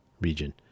region